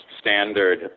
standard